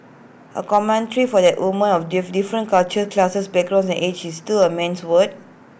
A commentary for that women of different cultures classes backgrounds and age it's still A man's world